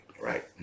right